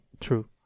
true